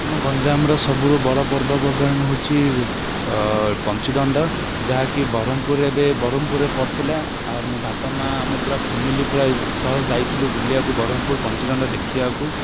ଆମ ଗଞ୍ଜାମର ସବୁଠୁ ବଡ଼ ପର୍ବପର୍ବାଣି ହେଉଛି ପଞ୍ଚୁଦଣ୍ଡ ଯାହାକି ବରହମପୁରରେ ଏବେ ବରହମପୁରରେ ପଡ଼ିଥିଲା ଆଉ ମୋ ବାପା ମାଆ ଆମ ପୁରା ଫ୍ୟାମିଲି ପୁରା ସହ ଯାଇଥିଲୁ ବୁଲିବାକୁ ବରହମପୁର ପଞ୍ଚୁଦଣ୍ଡ ଦେଖିବାକୁ